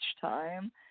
time